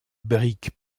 briques